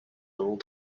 little